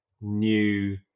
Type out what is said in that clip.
new